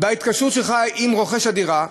בהתקשרות שלך עם רוכש הדירה,